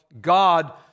God